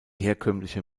herkömmliche